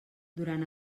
durant